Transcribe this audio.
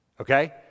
Okay